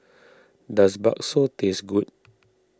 does Bakso taste good